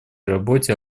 работе